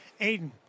Aiden